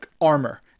armor